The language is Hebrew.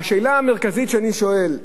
והשאלה המרכזית שאני שואל,